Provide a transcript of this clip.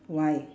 why